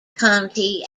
county